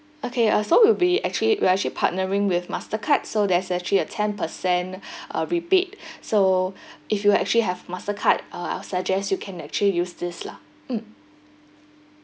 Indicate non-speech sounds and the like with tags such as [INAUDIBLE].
okay uh so we'll be actually we're actually partnering with Mastercard so there's actually a ten percent [BREATH] uh rebate [BREATH] so [BREATH] if you actually have Mastercard uh I suggest you can actually use this lah mm